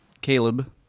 Caleb